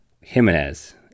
Jimenez